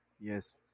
Yes